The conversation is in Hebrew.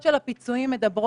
הכול.